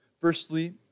firstly